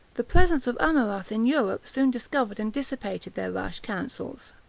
the presence of amurath in europe soon discovered and dissipated their rash counsels